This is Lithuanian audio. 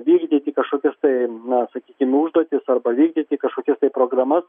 vykdyti kažkokias tai na sakykim užduotis arba vykdyti kažkokias tai programas